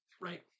right